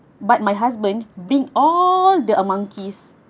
but my husband bring all the monkeys